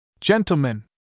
Gentlemen